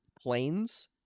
planes